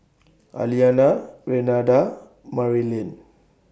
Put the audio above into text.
Aliana Renada Marylin